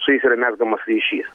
su jais yra mezgamas ryšys